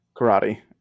karate